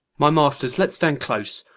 my masters, let's stand close,